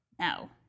No